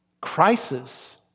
crisis